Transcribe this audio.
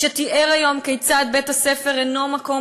שתיאר היום כיצד בית-הספר אינו מקום